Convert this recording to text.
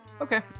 Okay